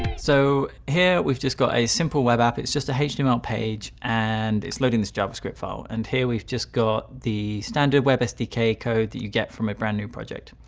so here we've just got a simple web app. it's just a html page. and it's loading this javascript file. and here we've just got the standard web sdk code that you get from a brand-new project.